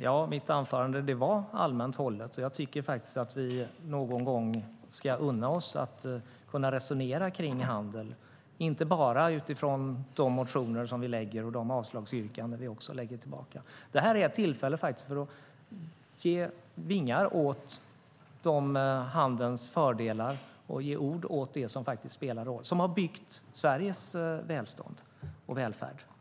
Ja, mitt anförande var allmänt hållet. Jag tycker faktiskt att vi någon gång ska unna oss att resonera kring handel inte bara utifrån de motioner som vi väcker och de avslagsyrkanden som vi lägger fram. Det här är faktiskt ett tillfälle att ge vingar åt handelns fördelar och ge ord åt det som spelar roll och som har byggt Sveriges välstånd och välfärd.